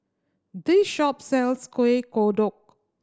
this shop sells Kueh Kodok